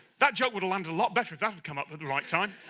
that joke would've landed a lot better if that had come up at the right time